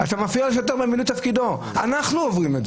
היום השופט הזה ואני מתחבקים כשאנחנו נפגשים,